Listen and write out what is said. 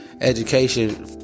education—